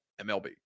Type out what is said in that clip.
MLB